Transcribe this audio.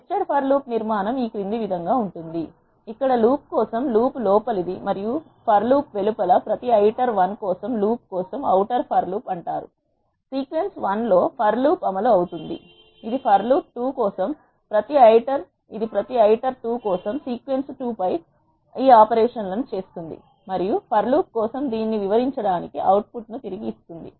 nested for loop నిర్మాణం ఈ క్రింది విధంగా ఉంది ఇక్కడ లూప్ కోసం లూప్ లోపలిది మరియు ఫర్ లూప్ వెలుపల ప్రతి ఐటర్ 1 కోసం లూప్ కోసం అవుటర్ ఫర్ లూప్ అంటారు సీక్వెన్స్ 1 లో ఫర్ లూప్ అమలు అవుతుంది ఇది ఫర్ లూప్ 2 కోసం ఇది ప్రతి ఐటర్ 2 కోసం సీక్వెన్స్ 2 పై ఈ ఆపరేషన్ లను చేస్తుంది మరియు ఫర్ లూప్ కోసం దీనిని వివరించడానికి అవుట్పుట్ ను తిరిగి ఇస్తుంది